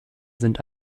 sind